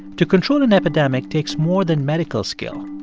to control an epidemic takes more than medical skill.